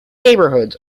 neighbourhoods